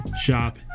shop